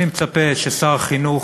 ואני מצפה ששר החינוך,